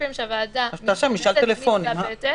שהוועדה מתכנסת, מתלבטת.